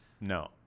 No